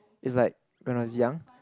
is like when I was young